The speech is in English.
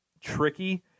tricky